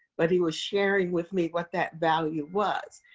but he was sharing with me what that value was.